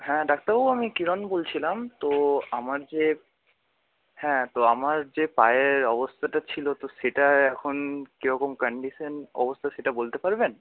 হ্যাঁ ডাক্তারবাবু আমি কিরণ বলছিলাম তো আমার যে হ্যাঁ তো আমার যে পায়ের অবস্থাটা ছিল তো সেটা এখন কীরকম কন্ডিশান অবস্থা সেটা বলতে পারবেন